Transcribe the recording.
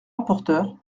rapporteur